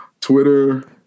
twitter